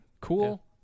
Cool